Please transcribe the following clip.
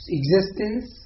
existence